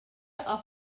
are